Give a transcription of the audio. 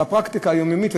הפרקטיקה היומיומית,